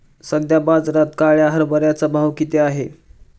सध्या बाजारात काळ्या हरभऱ्याचा भाव किती आहे?